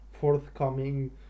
forthcoming